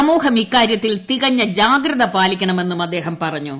സമൂഹം ഇക്കാര്യത്തിൽ തികഞ്ഞ ജാഗ്രത പാലിക്കണമെന്നും അദ്ദേഹം പറഞ്ഞു